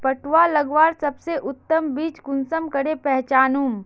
पटुआ लगवार सबसे उत्तम बीज कुंसम करे पहचानूम?